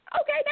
okay